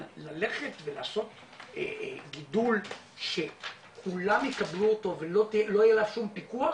אבל ללכת ולעשות גידול שכולם יקבלו אותו ולא יהיה עליו שום פיקוח,